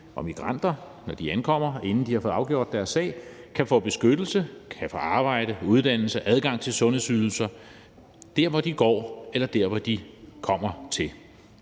og migranter, når de ankommer, inden de har fået afgjort deres sag, kan få beskyttelse, kan få arbejde, uddannelse og adgang til sundhedsydelser der, hvor de går, eller der, hvor de kommer til.